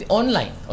online